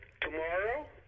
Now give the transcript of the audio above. tomorrow